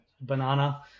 Banana